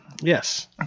Yes